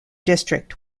district